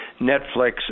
Netflix